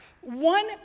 one